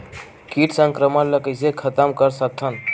कीट संक्रमण ला कइसे खतम कर सकथन?